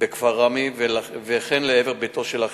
בכפר ראמה וכן לעבר ביתו של אחיו,